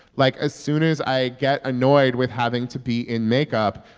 like, as soon as i get annoyed with having to be in makeup,